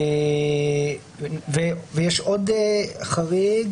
יש עוד חריג